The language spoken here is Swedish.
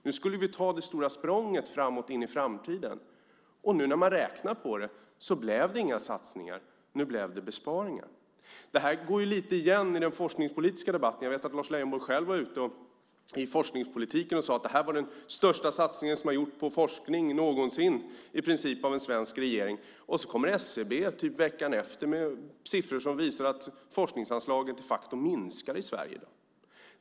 Nu skulle vi ta det stora språnget in i framtiden. När man nu räknar på det blev det inga satsningar. Nu blev det besparingar. Detta går lite igen i den forskningspolitiska debatten. Jag vet att Lars Leijonborg själv var ute när det gäller forskningspolitiken och sade att detta i princip var den största satsningen som någonsin hade gjorts på forskning av en svensk regering. Sedan kommer SCB någon vecka senare med siffror som visar att forskningsanslaget de facto minskar i Sverige.